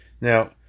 Now